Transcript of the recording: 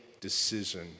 decision